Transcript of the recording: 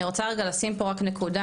אני רוצה רגע לשים פה רק נקודה,